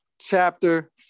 chapter